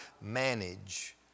manage